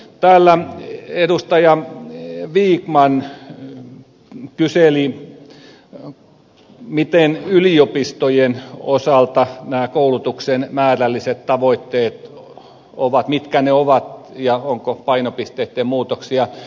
täällä edustaja vikman kyseli mitkä yliopistojen osalta nämä koulutuksen määrälliset tavoitteet ovat ja onko painopisteitten muutoksia